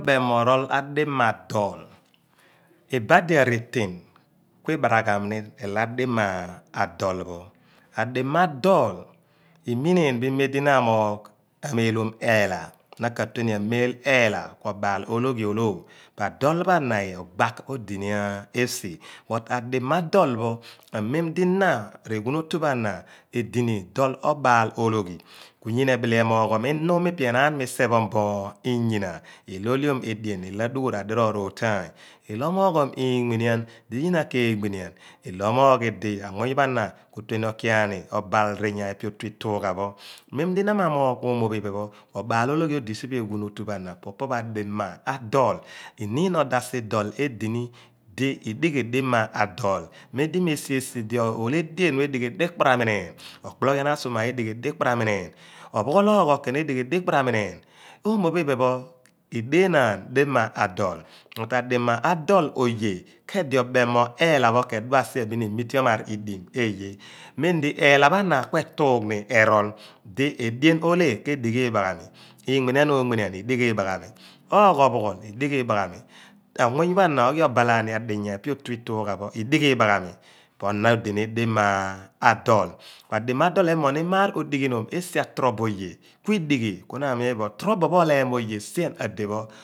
Obeem morol adima a dool ibadi areeteen ni kui baraghiom orool a dima adool. Animadool imighoom di na amoogh ameelom eelah na katueni ameeloom eela kuobaal ologhiole dool pho ana bgaag odi ni esi but adima adool pho po amemdi na pe ghuun oyupho ana edini dool obaal ologhi ku nyina ebile emooghom inum mi pe pho enaan misephom bo inyi na io oliom edien io adughuul radiroor io omooghom inmeenian lo nyina keenmenian ilo omoogh aani idi anmunyy pho a na ku yue ni okiani obaal dinya epe otu ituugha ho memdi na maamoogh omophiphen pho obaa ologhi odi siphe eghuun otu pho ana po opo pho a dima adool orh iniin odoh asidool edini di idighi dima adool memdi me sieside olhe edien pho edighi dikprami nieen okpologhian asuma edighi dikparanineen ophughool oogho keen bin edighi diparamininieen omo phi phen pho idieenaan dima adool but adima adool oye keedi obem mo eela pho ke dua sien been emitee omaar ki dini eeye mem di eela pho ana kue tuugh ni erool di edien oolhe ke dighi igbaagh aami libeenian obeenian idighi ligbaghani oogho opughool idighi eebaghami anmuny pho ana oghi obaal ani adiya epe otu itugha pho idighi eebaghami po na odini dima adool. Adima adoo emoogh ni maar odighinoom esi a tro bo oye kuidighi ku na amiin bo tro bo pho olem mo oye sien a depho